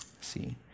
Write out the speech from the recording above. See